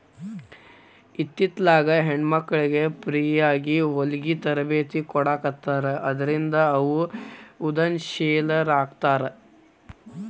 ಇತ್ತಿತ್ಲಾಗೆಲ್ಲಾ ಹೆಣ್ಮಕ್ಳಿಗೆ ಫ್ರೇಯಾಗಿ ಹೊಲ್ಗಿ ತರ್ಬೇತಿ ಕೊಡಾಖತ್ತಾರ ಅದ್ರಿಂದ ಅವ್ರು ಉದಂಶೇಲರಾಕ್ಕಾರ